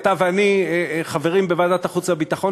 אתה ואני חברים בוועדת החוץ והביטחון,